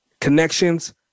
connections